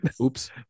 oops